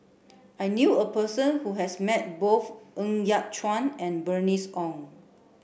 I knew a person who has met both Ng Yat Chuan and Bernice Ong